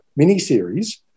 miniseries